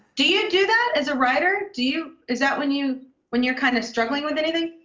do you do that as a writer? do you is that when you when you're kind of struggling with anything?